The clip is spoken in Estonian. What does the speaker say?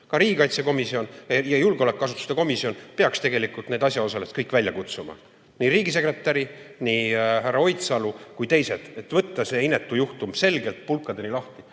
Ka riigikaitsekomisjon ja julgeolekuasutuste komisjon peaks tegelikult need asjaosalised kõik välja kutsuma, nii riigisekretäri, nii härra Oidsalu kui ka teised, et võtta see inetu juhtum selgelt pulkadeni lahti.